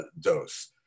dose